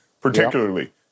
particularly